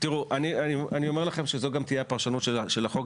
אני אומר לכם שזו גם תהיה הפרשנות של החוק,